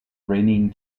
reigning